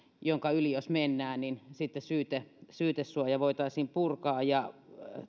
jonka yli jos mennään sitten syytesuoja voitaisiin purkaa ja